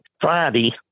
Friday